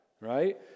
right